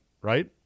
right